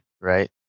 right